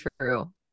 true